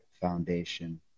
Foundation